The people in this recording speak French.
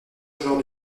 joueurs